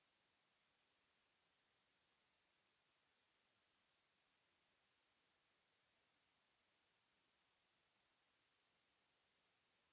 Merci